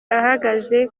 ahagaze